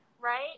right